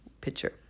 picture